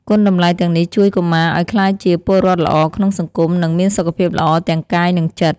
គុណតម្លៃទាំងនេះជួយកុមារឲ្យក្លាយជាពលរដ្ឋល្អក្នុងសង្គម និងមានសុខភាពល្អទាំងកាយ និងចិត្ត។